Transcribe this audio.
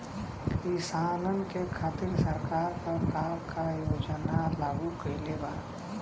किसानन के खातिर सरकार का का योजना लागू कईले बा?